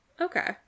Okay